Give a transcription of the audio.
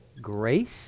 grace